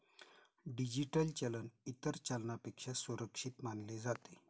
digital चलन इतर चलनापेक्षा सुरक्षित मानले जाते